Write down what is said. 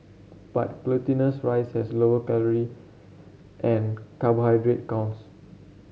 but glutinous rice has lower calorie and carbohydrate counts